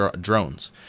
drones